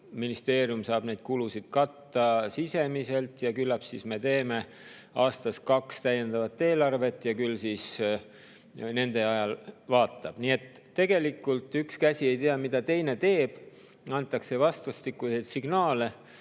ministeerium saab neid kulusid katta sisemiselt ja küllap siis tehakse aastas kaks täiendavat eelarvet ja küll siis vaatab. Nii et tegelikult üks käsi ei tea, mida teine teeb, antakse vastakaid signaale.